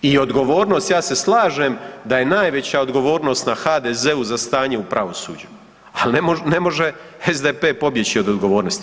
I odgovornost, ja se slažem da je najveća odgovornost na HDZ-u za stanje u pravosuđu, ali ne može SDP pobjeći od odgovornosti.